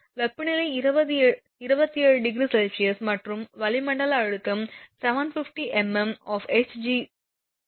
வெப்பநிலை 27°C மற்றும் வளிமண்டல அழுத்தம் 750 𝑚𝑚 𝑜𝑓 𝐻𝑔 𝑚0 0